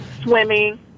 swimming